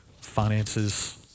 finances